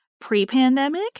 pre-pandemic